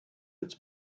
its